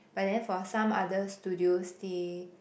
but then for some other studios they